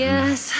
Yes